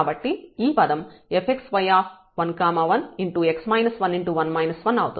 కాబట్టి ఈ పదం fxy1 1 అవుతుంది